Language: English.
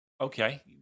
Okay